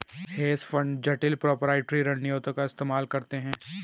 hedge fund जटिल proprietary रणनीतियों का इस्तेमाल करते हैं